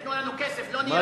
תיתנו לנו כסף, לא ניירות.